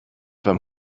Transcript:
beim